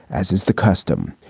as is the custom,